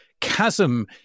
chasm